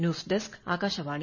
news desk Akashvani